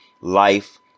life